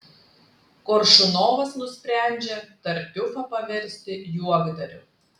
koršunovas nusprendžia tartiufą paversti juokdariu